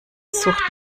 sucht